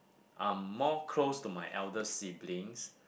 I'm more close to my elder siblings